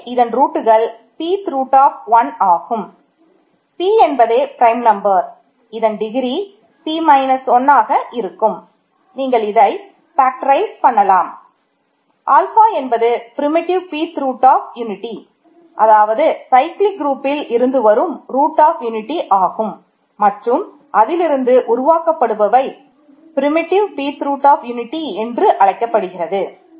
இங்கே இதன் ரூட்கள் என்று அழைக்கப்படுகிறது